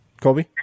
Colby